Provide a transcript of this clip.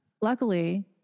Luckily